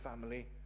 family